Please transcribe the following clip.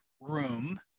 room